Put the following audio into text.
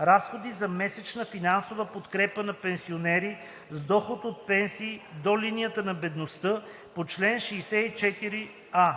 разходи за месечна финансова подкрепа за пенсионери с доход от пенсия до линията на бедност по чл.64а;